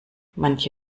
manche